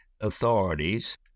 authorities